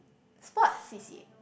sports C_C_A